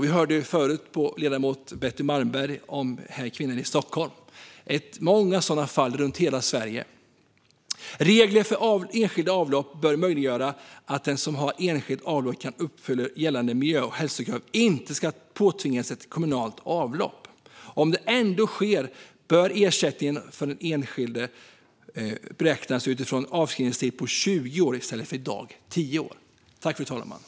Vi hörde tidigare av ledamoten Betty Malmberg om en kvinna i Stockholm. Det finns många sådana fall runt hela Sverige. Regler för enskilda avlopp bör möjliggöra att den som har ett enskilt avlopp som uppfyller gällande miljö och hälsokrav inte ska påtvingas ett kommunalt avlopp. Om det ändå sker bör ersättningen till den enskilde beräknas utifrån en avskrivningstid på 20 år stället för som i dag 10 år.